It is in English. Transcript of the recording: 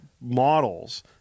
models